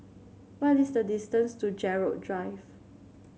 what is the distance to Gerald Drive